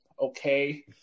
Okay